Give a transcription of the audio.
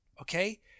okay